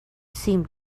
seemed